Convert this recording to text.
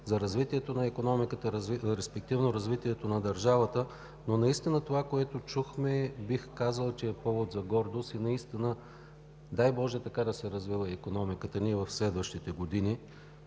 за развитието на икономиката, респективно за развитието на държавата. Но наистина това, което чухме, бих казал, че е повод за гордост и, дай боже, така да се развива икономиката ни в следващите години.